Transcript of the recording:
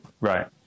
Right